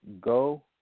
Go